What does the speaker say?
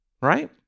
Right